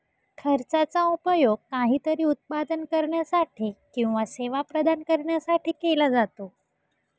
खर्चाचा उपयोग काहीतरी उत्पादन करण्यासाठी किंवा सेवा प्रदान करण्यासाठी केला जातो